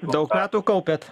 daug metų kaupiat